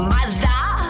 Mother